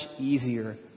easier